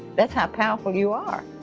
that's how powerful you are.